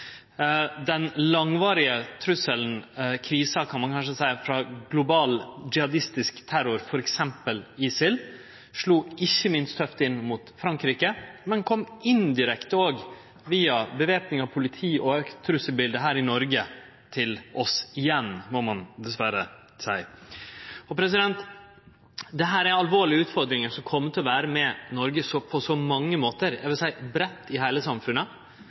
Den langvarige trusselen – krisa kan ein kanskje seie – frå global jihadistisk terror, f.eks. ISIL, slo ikkje minst tøft inn mot Frankrike, men kom indirekte, òg via væpning av politiet og eit større trusselbilde her i Noreg, til oss – igjen, må ein dessverre seie. Dette er alvorlege utfordringar som kjem til å vere med Noreg på så mange måtar, eg vil seie breitt i heile samfunnet.